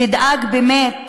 תדאג באמת